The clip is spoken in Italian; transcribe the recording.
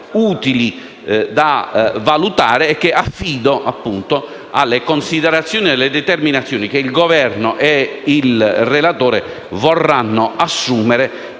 utile valutare e che affido alle considerazioni e alle determinazioni che il Governo e il relatore vorranno assumere